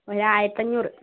ഒരു ആയിരത്തഞ്ഞൂറ്